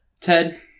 Ted